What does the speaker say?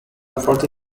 forty